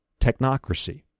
technocracy